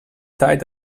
tight